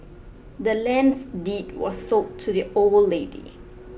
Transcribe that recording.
the land's deed was sold to the old lady